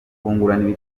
kungurana